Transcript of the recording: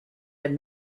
had